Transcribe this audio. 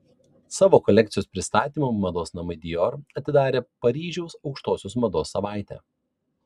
savo kolekcijos pristatymu mados namai dior atidarė paryžiaus aukštosios mados savaitę